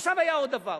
עכשיו היה עוד דבר,